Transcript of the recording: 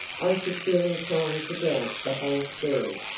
i should feel inclined to doubt the whole story.